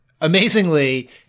Amazingly